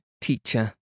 teacher